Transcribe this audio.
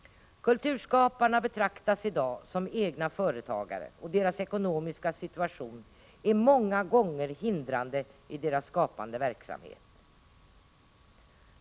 Kulturskaparna betraktas i dag som egna företagare, och deras ekonomiska situation är många gånger hindrande i deras skapande verksamhet.